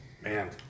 Man